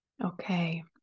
Okay